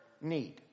need